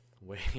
wait